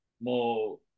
more